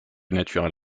naturel